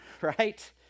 right